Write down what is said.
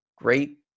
Great